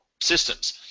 systems